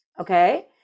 okay